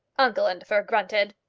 uncle indefer grunted,